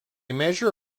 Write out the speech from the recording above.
measure